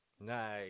Nice